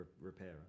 repairer